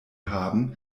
haben